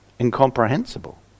incomprehensible